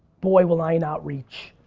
boy, will i not reach.